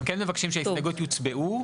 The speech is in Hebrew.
הם כן מבקשים שההסתייגויות יוצבעו,